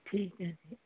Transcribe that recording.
ਠੀਕ ਹੈ ਜੀ